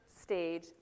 stage